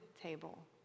table